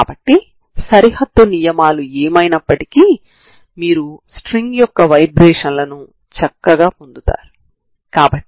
కాబట్టి వాటి నుండి మీరు వాలును కనుగొంటారు సరేనా